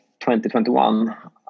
2021